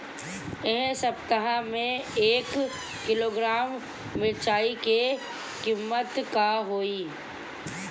एह सप्ताह मे एक किलोग्राम मिरचाई के किमत का होई?